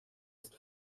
ist